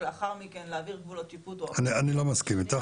לאחר מכן להעביר גבולות שיפוט --- אני לא מסכים איתך,